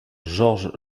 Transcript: georges